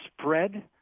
spread